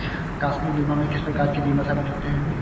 आकस्मिक बीमा में किस प्रकार के बीमा शामिल होते हैं?